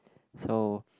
so